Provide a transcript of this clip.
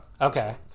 Okay